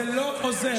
זה לא עוזר.